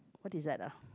what is that ah